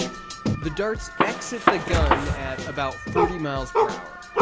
the darts exit the gun at about forty miles per hour.